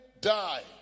die